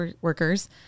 workers